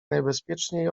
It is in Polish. najbezpieczniej